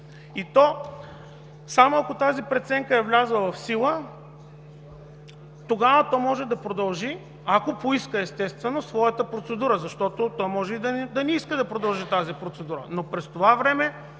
И то, само ако тази преценка е влязла в сила, тогава то може да продължи – ако поиска естествено своята процедура, защото то може и да не иска да продължи тази процедура. Но през това време